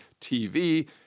TV